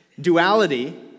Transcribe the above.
Duality